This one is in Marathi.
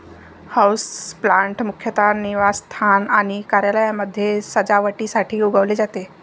हाऊसप्लांट मुख्यतः निवासस्थान आणि कार्यालयांमध्ये सजावटीसाठी उगवले जाते